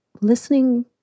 listening